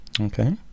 Okay